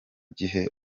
gihe